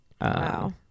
Wow